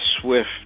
swift